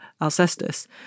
Alcestis